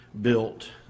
built